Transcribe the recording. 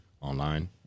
online